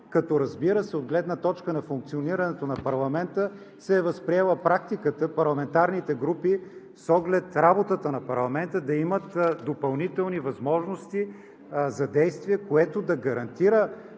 като, разбира се, от гледна точка на функционирането на парламента се е възприела практиката парламентарните групи с оглед работата на парламента да имат допълнителни възможности за действие, което да гарантира